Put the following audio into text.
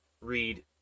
read